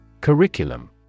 Curriculum